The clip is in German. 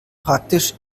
praktisch